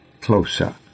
closer